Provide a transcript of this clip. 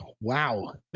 Wow